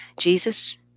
jesus